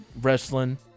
wrestling